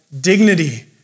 dignity